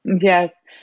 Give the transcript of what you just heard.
Yes